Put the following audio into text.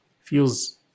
feels